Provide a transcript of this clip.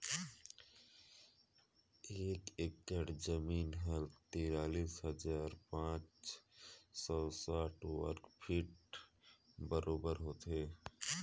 एक एकड़ जमीन ह तिरालीस हजार पाँच सव साठ वर्ग फीट कर बरोबर होथे